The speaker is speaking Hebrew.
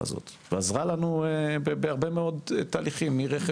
הזאת ועזרה לנו בהרבה מאוד תהליכים מרכש